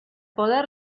poder